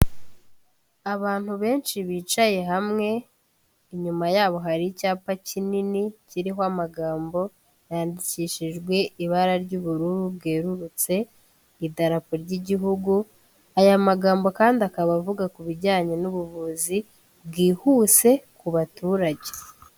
Abantu benshi bicaye hamwe inyuma yabo hari icyapa kinini kiriho amagambo yandikishijwe ibara ry'ubururu bwererutse, idarapo ry'Igihugu, aya magambo kandi akaba avuga ku bijyanye n'ubuvuzi bwihuse ku baturage.